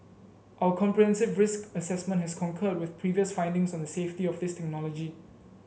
our comprehensive risk assessment has concurred with previous findings on the safety of this technology